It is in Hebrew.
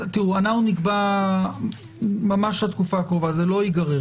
אנחנו נקבע ממש התקופה הקרובה, זה לא ייגרר.